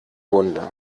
wunde